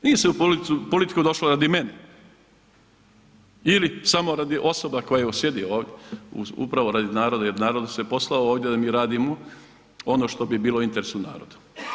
Nije se u politiku došlo radi mene ili samo radi osoba koje evo sjede ovdje upravo radi naroda jer narod nas je poslao ovdje da mi radimo ono što bi bilo u interesu naroda.